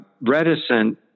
reticent